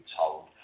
told